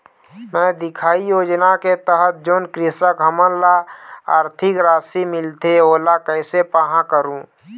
मैं दिखाही योजना के तहत जोन कृषक हमन ला आरथिक राशि मिलथे ओला कैसे पाहां करूं?